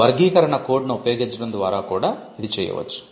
వర్గీకరణ కోడ్ను ఉపయోగించడం ద్వారా కూడా ఇది చేయవచ్చు